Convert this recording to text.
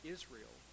Israel